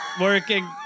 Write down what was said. working